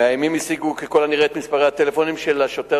המאיימים השיגו ככל הנראה את מספרי הטלפון של שוטר